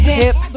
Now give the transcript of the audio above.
hip